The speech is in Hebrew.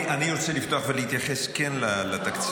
אני כן רוצה לפתוח ולהתייחס לתקציב,